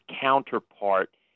counterpart